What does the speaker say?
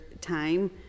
time